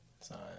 Sorry